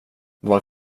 vad